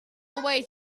away